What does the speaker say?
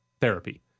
therapy